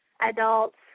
adults